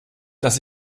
dass